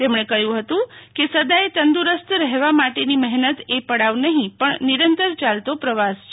તમણે કહયું હતું કે સદાય તંદુરસ્ત રહેવા માટેની મહેનત એ પડાવ નહીં પણ નિરંતર ચાલતો પ્રવાસ છે